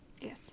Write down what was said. yes